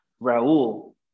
Raul